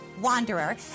Wanderer